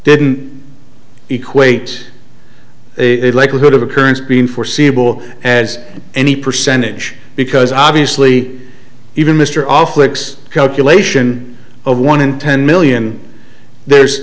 didn't equate a likelihood of occurrence being foreseeable as any percentage because obviously even mr all flix calculation of one in ten million there's